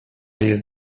jest